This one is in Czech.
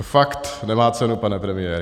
To fakt nemá cenu, pane premiére.